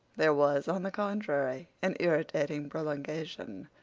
there was, on the contrary, an irritating prolongation.